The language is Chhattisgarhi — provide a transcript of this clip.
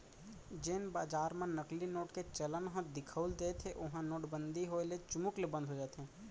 जेन बजार म नकली नोट के चलन ह दिखउल देथे ओहा नोटबंदी के होय ले चुमुक ले बंद हो जाथे